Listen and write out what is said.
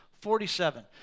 Forty-seven